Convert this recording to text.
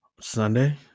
Sunday